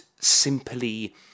simply